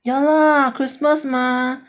ya lah christmas mah